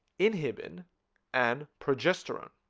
inhibin and progesterone